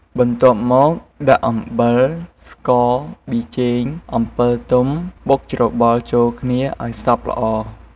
បន្ទាប់មកដាក់ អំបិល ស្ករ ប៊ីចេង អំពិលទុំ បុកច្របល់ចូលគ្នាឲ្យសព្វល្អ ។